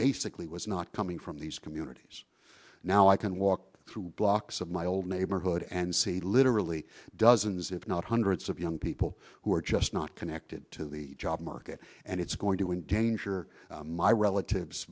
basically was not coming from these communities now i can walk through blocks of my old neighborhood and see literally dozens if not hundreds of young people who are just not connected to the job market and it's going to endanger my relatives